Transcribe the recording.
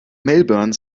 melbourne